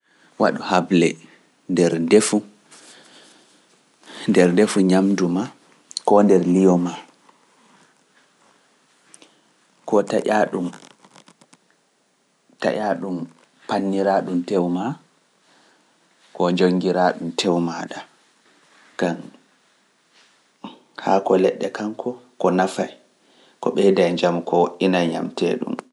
Waɗu hable nder ndefu ñamdu maa koo nder liyo maa. Koo taƴaa ɗum, taƴaa ɗum panniraa ɗum tew maa, koo njonngiraa ɗum tew ma ko leɗɗe kaŋko ko nafaj, ko ɓeyda e njamu ko ina jamte ɗum.